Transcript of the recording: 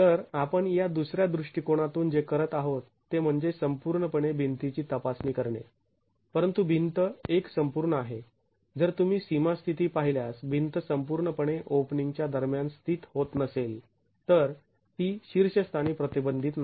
तर आपण या दुसऱ्या दृष्टीकोनातून जे करत आहोत ते म्हणजे संपूर्णपणे भिंतीची तपासणी करणे परंतु भिंत एक संपूर्ण आहे जर तुम्ही सीमा स्थिती पाहिल्यास भिंत संपूर्णपणे ओपनिंग च्या दरम्यान स्थित होत नसेल तर ती शीर्षस्थानी प्रतिबंधित नाही